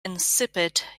insipid